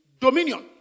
dominion